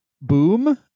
boom